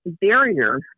barrier